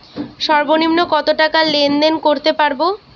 সর্বনিম্ন কত টাকা লেনদেন করতে পারবো?